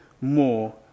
more